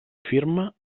firma